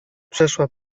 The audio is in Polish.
przeszła